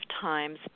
times